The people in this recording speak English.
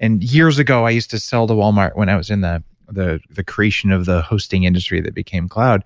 and years ago, i used to sell to walmart when i was in the the the creation of the hosting industry that became cloud.